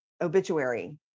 obituary